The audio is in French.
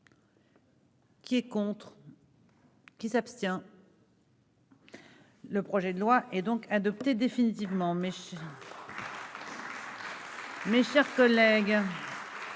Qui est contre. Qui s'abstient. Le projet de loi et donc adopté définitivement mèches. Mes chers collègues.